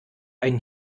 ein